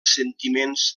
sentiments